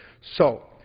so,